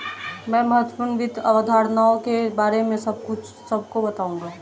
मैं महत्वपूर्ण वित्त अवधारणाओं के बारे में सबको बताऊंगा